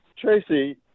Tracy